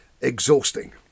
exhausting